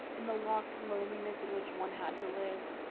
in the locked loneliness in which one had to live.